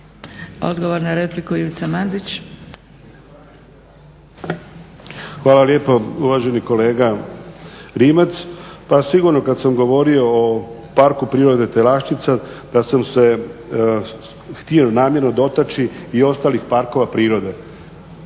Mandić. **Mandić, Ivica (HNS)** Hvala lijepo. Uvaženi kolega Rimac pa sigurno kad sam govorio o Parku prirode Telaščica da sam se htio namjerno dotaći i ostalih parkova prirode.